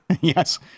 Yes